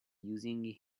using